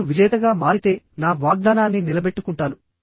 మీరు విజేతగా మారితే నా వాగ్దానాన్ని నిలబెట్టుకుంటాను